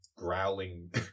growling